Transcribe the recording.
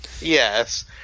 yes